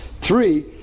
three